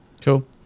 cool